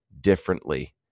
differently